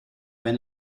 wenn